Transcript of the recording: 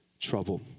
trouble